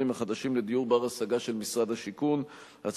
החדשים של משרד השיכון לדיור בר-השגה,